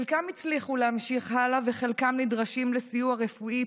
חלקם הצליחו להמשיך הלאה וחלקם נדרשים לסיוע רפואי,